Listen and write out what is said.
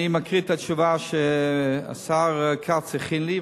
אני מקריא את התשובה שהשר כץ הכין לי,